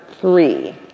Three